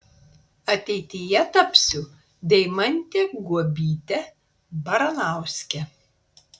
ateityje tapsiu deimante guobyte baranauske